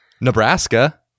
Nebraska